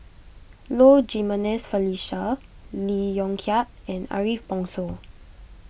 Low Jimenez Felicia Lee Yong Kiat and Ariff Bongso